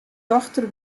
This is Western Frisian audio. dochter